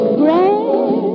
grand